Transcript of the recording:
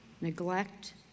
neglect